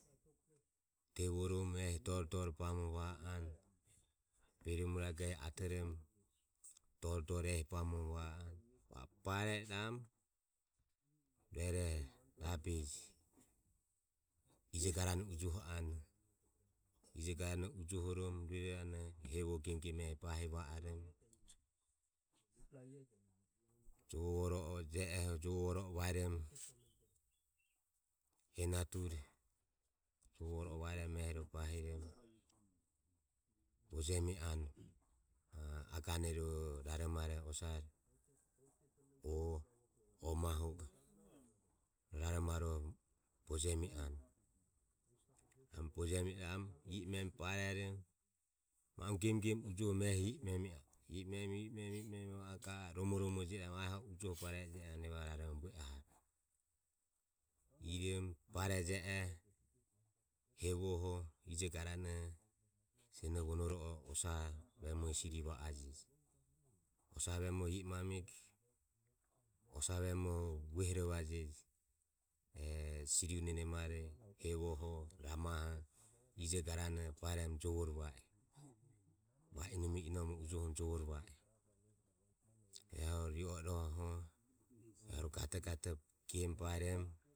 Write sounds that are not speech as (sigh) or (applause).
(noise) Tevoromo ehi dore dore bahi va anue beri murage e atoromo dore dore ehi bam ova anue va o bare iramu rueroho rabe ijo garane ujoho anue. Ijo garanoho ujohoromo rue iranoho hevoho gemu gemu ehi bahi va oromo jovo voro (noise) e je o huro jovo voro e vaeromo enature jovoho vaeromo bahiromo (noise) bojemi anue a (noise) agene ro raromauroho e osare. O o mahu e raromauruoho bojemi anue. Bojemi iramu i bare iramu ma u emu gemu gemu ehi memi anue i e memi rom ova o ga anue romo romore jio iramu aho o ujoho bareje e jio iramu vevaro vue aho anue. Iromo bareje oho hevoho. ijo garanoho. senoho osare vemoho i i mamajeje. Osa vemoho i i mamego osa vemoho vuehorovaje e siri une nemare hevoho. ramaho, a ijo garanoho baeromo jovore va iro. (noise) Va i numi e inomoho ujohoromol jovore va iro rueroho ri o iroho gatogatoho gemu baeromo.